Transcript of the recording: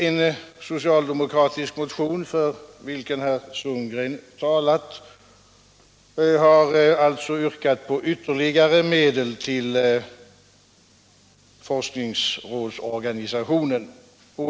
En socialdemokratisk motion, för vilken herr Sundgren talat, har alltså yrkat på ytterligare medel till forskningsrådsorganisationen.